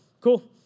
cool